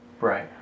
Right